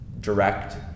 direct